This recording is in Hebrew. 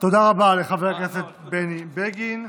תודה רבה לחבר הכנסת בני בגין.